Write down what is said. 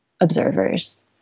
observers